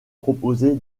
proposer